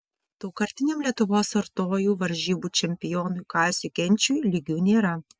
daugkartiniam lietuvos artojų varžybų čempionui kaziui genčiui lygių nėra